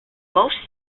most